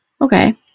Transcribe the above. Okay